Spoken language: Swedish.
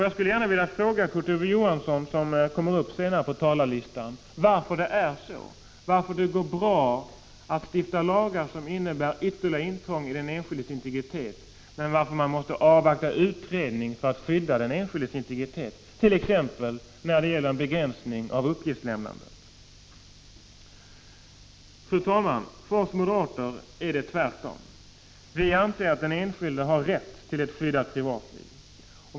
Jag skulle gärna vilja fråga Kurt Ove Johansson, som enligt talarlistan skall tala senare, varför det går bra att stifta lagar som innebär ytterligare intrång i den enskildes integritet, medan man måste avvakta utredningar för att skydda integriteten, t.ex. när det gäller en begränsning av uppgiftslämnandet. Fru talman! Vi moderater anser att den enskilde har rätt till ett skyddat privatliv.